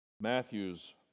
Matthew's